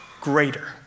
greater